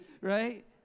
right